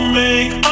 make